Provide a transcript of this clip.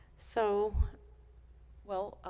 so well,